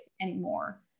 anymore